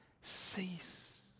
cease